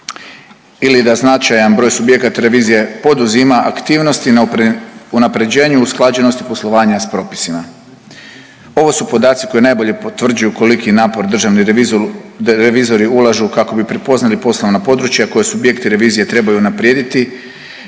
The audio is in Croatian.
ili da značaj broj subjekata revizije poduzima aktivnosti na unapređenju usklađenosti poslovanja s propisima. Ovo su podaci koji najbolje potvrđuju koliki napor državni revizor, revizori ulažu kako bi prepoznali poslovna područja koja subjekti revizije trebaju unaprijediti